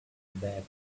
back